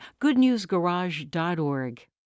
GoodNewsGarage.org